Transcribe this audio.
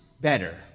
better